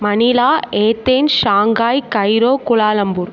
Manila Athens Shanghai Cairo Kuala Lumpur